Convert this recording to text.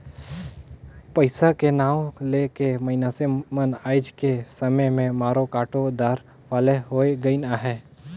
पइसा के नांव ले के मइनसे मन आएज के समे में मारो काटो दार वाले होए गइन अहे